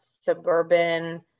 suburban